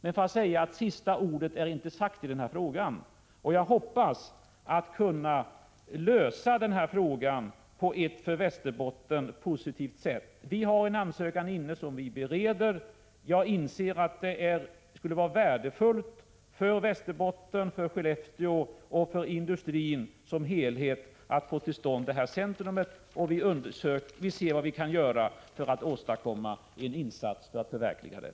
Men sista ordet är inte sagt i denna fråga, och jag hoppas att kunna lösa den på ett för Västerbotten positivt sätt. Vi bereder nu en ansökan, och jag inser att det skulle vara värdefullt för Västerbotten, för Skellefteå och för industrin som helhet att få till stånd detta centrum. Vi undersöker vad vi kan göra för att åstadkomma en insats för att förverkliga det.